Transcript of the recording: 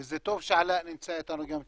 וזה טוב שעלא נמצא איתנו גם כן,